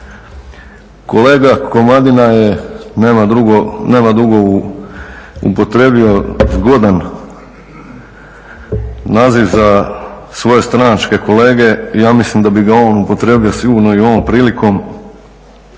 Kolega Komadija je nema dugo upotrijebio zgodan naziv za svoje stranačke kolege, i ja mislim da bi ga on upotrijebio sigurno i ovom prilikom,